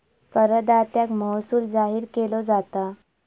करदात्याक महसूल जाहीर केलो जाता